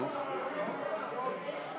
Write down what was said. התרבות והספורט נתקבלה.